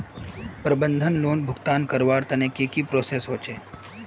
प्रबंधन लोन भुगतान करवार तने की की प्रोसेस होचे?